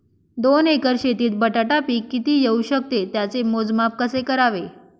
दोन एकर शेतीत बटाटा पीक किती येवू शकते? त्याचे मोजमाप कसे करावे?